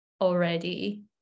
already